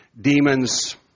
demons